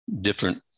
different